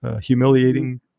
humiliating